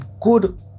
good